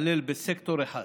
להתעלל בסקטור אחד